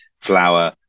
flour